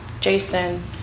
Jason